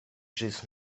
ĝis